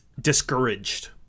discouraged